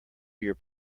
your